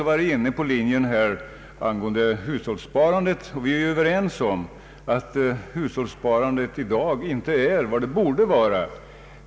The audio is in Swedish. Vi är ju överens om att hushållssparandet i dag inte är vad det borde vara.